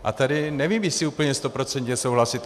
A tady nevím, jestli úplně stoprocentně souhlasit.